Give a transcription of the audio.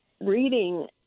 reading